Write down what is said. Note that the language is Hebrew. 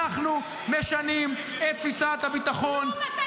אנחנו משנים את תפיסת הביטחון ----- כלום אתה לא עושה.